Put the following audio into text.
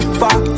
fuck